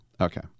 okay